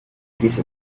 piece